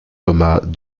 thomas